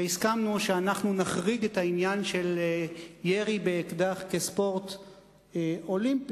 והסכמנו שאנחנו נחריג את העניין של ירי באקדח כספורט אולימפי,